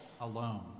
alone